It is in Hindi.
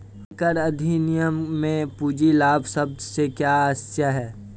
आयकर अधिनियम में पूंजी लाभ शब्द से क्या आशय है?